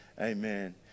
amen